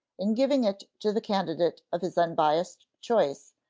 in giving it to the candidate of his unbiased choice,